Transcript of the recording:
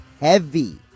heavy